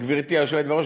גברתי היושבת-ראש,